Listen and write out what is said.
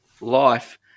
life